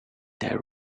that